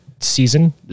season